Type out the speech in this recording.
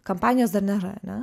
kampanijos dar nėra ar ne